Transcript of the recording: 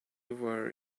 were